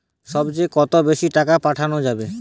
সব চেয়ে কত বেশি টাকা পাঠানো যাবে?